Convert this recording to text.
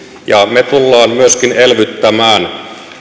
ja me tulemme myöskin elvyttämään